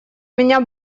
меня